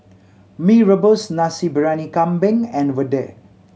Mee Rebus Nasi Briyani Kambing and vadai